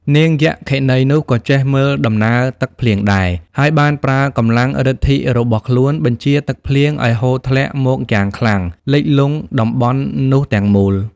នាងយក្ខិនីនោះ ក៏ចេះមើលដំណើរទឹកភ្លៀងដែរ ហើយបានប្រើកម្លាំងប្ញទ្ធិរបស់ខ្លួនបញ្ជាទឹកភ្លៀងឲ្យហូរធ្លាក់មកយ៉ាងខ្លាំងលិចលង់តំបន់នោះទាំងមូល។